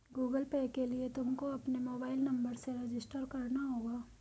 Google Pay के लिए तुमको अपने मोबाईल नंबर से रजिस्टर करना होगा